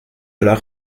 leur